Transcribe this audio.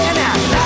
now